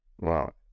Wow